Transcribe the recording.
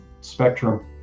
spectrum